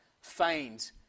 feigned